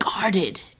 Guarded